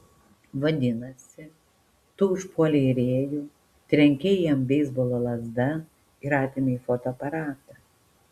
vadinasi tu užpuolei rėjų trenkei jam beisbolo lazda ir atėmei fotoaparatą